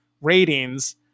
ratings